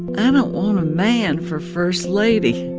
i don't want a man for first lady